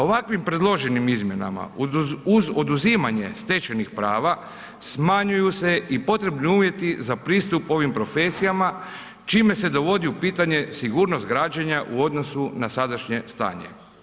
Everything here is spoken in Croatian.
Ovakvim predloženim izmjenama uz oduzimanje stečenih prava, smanjuju se i potrebni uvjeti za pristup ovim profesijama čime se dovodi u pitanje sigurnost građenja u odnosu na sadašnje stanje.